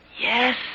Yes